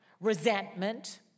resentment